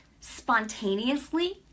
spontaneously